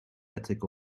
attic